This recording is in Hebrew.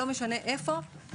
לא משנה איפה,